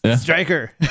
Striker